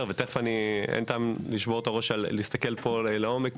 ואין טעם לשבור את הראש ולהסתכל בשקף לעומק,